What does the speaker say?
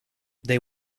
they